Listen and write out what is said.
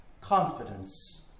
confidence